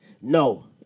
no